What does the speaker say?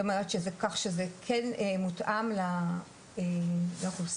זאת אומרת שזה כן מותאם לאוכלוסייה.